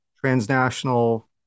transnational